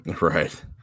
Right